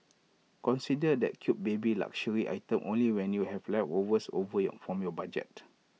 consider that cute baby luxury item only when you have leftovers over you from your budget